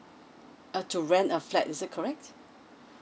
uh to rent a flat is it correct